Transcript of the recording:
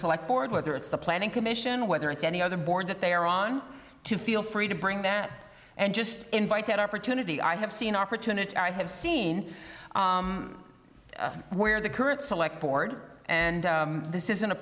select board whether it's the planning commission whether it's any other board that they are wrong to feel free to bring that and just invite that opportunity i have seen opportunity i have seen where the current select board and this isn't a